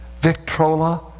Victrola